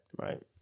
Right